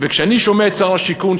וכשאני שומע את שר השיכון,